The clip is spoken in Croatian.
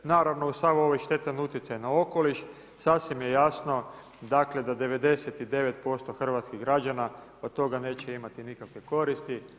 Naravno, uz sav ovaj štetan utjecaj na okoliš, sasvim je jasno da 99% hrvatskih građana od toga neće imati nikakve koristi.